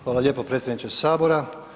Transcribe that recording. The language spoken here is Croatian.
Hvala lijepo predsjedniče Sabora.